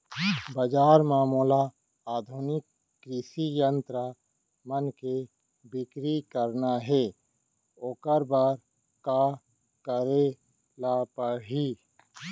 बजार म मोला आधुनिक कृषि यंत्र मन के बिक्री करना हे ओखर बर का करे ल पड़ही?